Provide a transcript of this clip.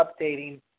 updating